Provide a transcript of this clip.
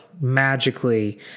magically